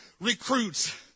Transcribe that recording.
recruits